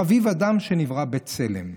חביב אדם שנברא בצלם,